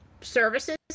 services